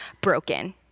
broken